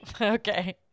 Okay